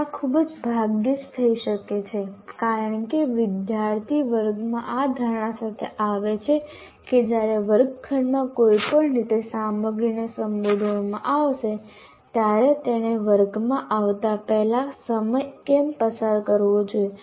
આ ખૂબ જ ભાગ્યે જ થઈ શકે છે કારણ કે વિદ્યાર્થી વર્ગમાં આ ધારણા સાથે આવે છે કે જ્યારે વર્ગખંડમાં કોઈપણ રીતે સામગ્રીને સંબોધવામાં આવશે ત્યારે તેણે વર્ગમાં આવતા પહેલા સમય કેમ પસાર કરવો જોઈએ